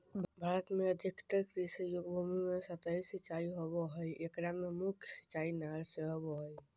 भारत में अधिकतर कृषि योग्य भूमि में सतही सिंचाई होवअ हई एकरा मे मुख्य सिंचाई नहर से होबो हई